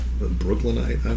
Brooklynite